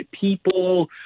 people